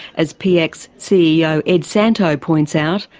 as piac's ceo ed santow points out,